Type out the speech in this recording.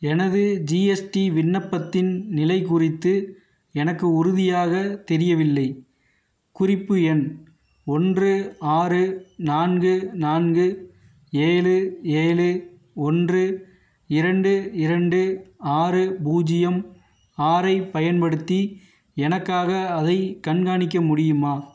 எனது ஜிஎஸ்டி விண்ணப்பத்தின் நிலை குறித்து எனக்கு உறுதியாக தெரியவில்லை குறிப்பு எண் ஒன்று ஆறு நான்கு நான்கு ஏழு ஏழு ஒன்று இரண்டு இரண்டு ஆறு பூஜ்யம் ஆறை பயன்படுத்தி எனக்காக அதை கண்காணிக்க முடியுமா